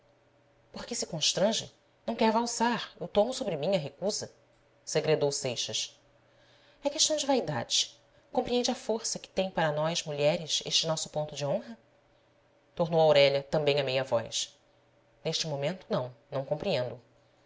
que se constrange não quer valsar eu tomo sobre mim a recusa segredou seixas é questão de vaidade compreende a força que tem para nós mulheres este nosso ponto de honra tornou aurélia também a meia voz neste momento não não compreendo